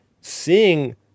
seeing